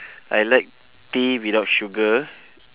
I like tea without sugar